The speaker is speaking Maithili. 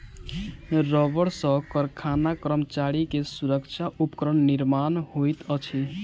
रबड़ सॅ कारखाना कर्मचारी के सुरक्षा उपकरण निर्माण होइत अछि